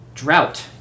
Drought